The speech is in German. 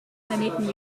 planeten